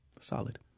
Solid